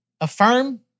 affirm